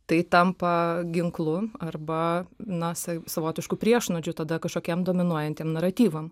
tai tampa ginklu arba na sa savotišku priešnuodžiu tada kažkokiem dominuojantiem naratyvam